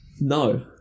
No